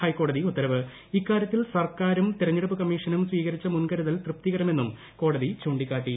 ഹൈക്കോടതി ഇക്കാര്യത്തിൽ സർക്കാരും തിരഞ്ഞെടുപ്പു കമ്മിഷനും സ്വീകരിച്ച മുൻകരുതൽ തൃപ്തികരമെന്നും കോടതി ചൂണ്ടിക്കാട്ടി